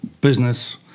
business